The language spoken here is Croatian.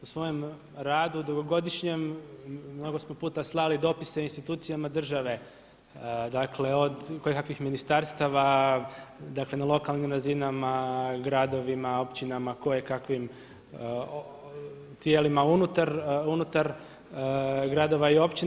U svojem radu dugogodišnjem mnogo puta smo slali dopise institucijama države, dakle od kojekakvih ministarstava, dakle na lokalnim razinama, gradovima, općinama, kojekakvim tijelima unutar gradova i općina.